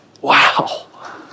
Wow